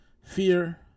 Fear